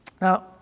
Now